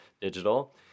Digital